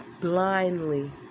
blindly